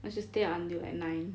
I should stay up until like nine